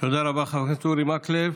תודה רבה, חבר הכנסת אורי מקלב.